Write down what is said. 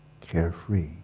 carefree